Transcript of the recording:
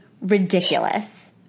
ridiculous